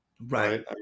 Right